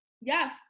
yes